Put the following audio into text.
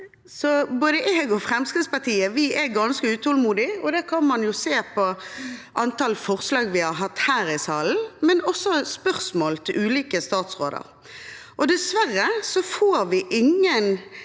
så både jeg og Fremskrittspartiet er ganske utålmodige. Det kan man se på antall forslag vi har hatt her i salen, men også på spørsmål til ulike statsråder. Dessverre får vi ingen